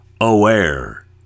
aware